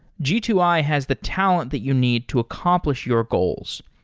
g two i has the talent that you need to accomplish your goals.